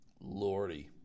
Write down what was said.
Lordy